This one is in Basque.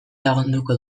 landuko